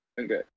Okay